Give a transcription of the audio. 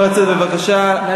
יכול לצאת בבקשה למסדרון.